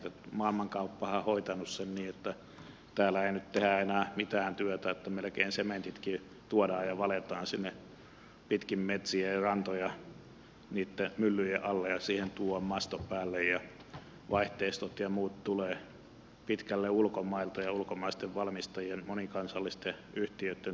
maailmankauppahan on hoitanut sen niin että täällä ei nyt tehdä enää mitään työtä melkein sementitkin tuodaan ja valetaan sinne pitkin metsiä ja rantoja niitten myllyjen alle ja siihen tuodaan masto päälle ja vaihteistot ja muut tulevat pitkälle ulkomailta ja ulkomaisten valmistajien monikansallisten yhtiöitten toimesta